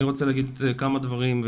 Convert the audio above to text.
אני רוצה להגיד כמה דברים,